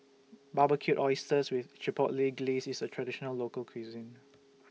Barbecued Oysters with Chipotle Glaze IS A Traditional Local Cuisine